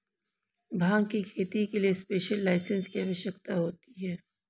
भांग की खेती के लिए स्पेशल लाइसेंस की आवश्यकता होती है